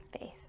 Faith